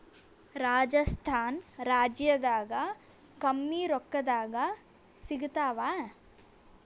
ರಾಜಸ್ಥಾನ ರಾಜ್ಯದಾಗ ಕಮ್ಮಿ ರೊಕ್ಕದಾಗ ಸಿಗತ್ತಾವಾ?